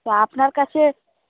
তো আপনার কাছে